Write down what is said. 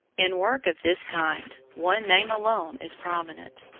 in work of this kind one name alone is prominent,